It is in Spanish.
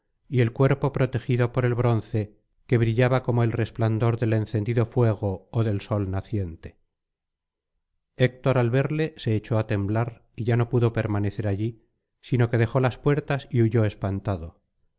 y el cuerpo protegido por el bronce que brillaba como el resplandor del encendido fuego ó del sol naciente héctor al verle se echó á temblar y ya no pudo permanecer allí sino que dejó las puertas y huyó espantado